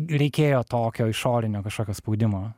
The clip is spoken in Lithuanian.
reikėjo tokio išorinio kažkokio spaudimo